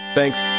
Thanks